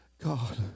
God